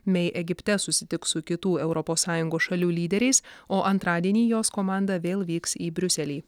mei egipte susitiks su kitų europos sąjungos šalių lyderiais o antradienį jos komanda vėl vyks į briuselį